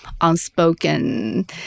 unspoken